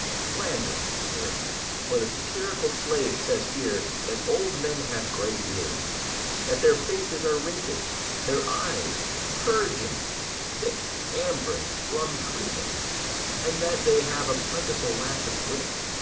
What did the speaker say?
slanders, sir for the satirical slave says here that old men have grey beards that their faces are wrinkled their eyes purging thick amber and plum-tree gum and that they have a plentiful lack of wit,